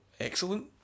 Excellent